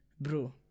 bro